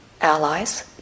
allies